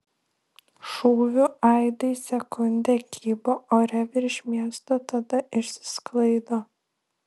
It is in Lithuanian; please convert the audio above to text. šūvių aidai sekundę kybo ore virš miesto tada išsisklaido